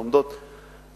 הן לומדות שפה,